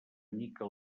mica